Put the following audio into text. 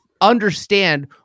understand